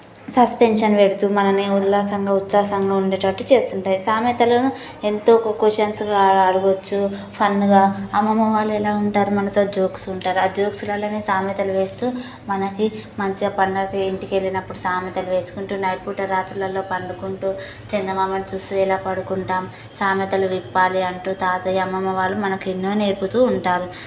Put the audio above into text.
suspension పెడుతూ మనల్ని ఉల్లాసంగా ఉత్సాహంగా ఉండేటట్టు చేస్తుంటాయి సామెతలను ఎంతో క్యూస్షన్స్గా అడగొచ్చు ఫన్గా అమ్మమ్మ వాళ్ళు ఎలా ఉంటారు మనతో జోక్స్ ఉంటారు ఆ జోక్స్ వలనే సామెతలు వేస్తూ మనకి మంచిగా పండగకి ఇంటికి వెళ్ళినప్పుడు సామెతలు వేసుకుంటూ నైట్ పూట రాత్రులలో పండుకుంటూ చందమామను చూస్తూ ఎలా పడుకుంటాం సామెతలు విప్పాలి అంటూ తాతయ్య అమ్మమ్మ వాళ్ళు మనకు ఎన్నో నేర్పుతూ ఉంటారు